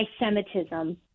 anti-Semitism